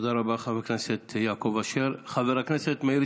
תודה רבה, חבר הכנסת יעקב אשר.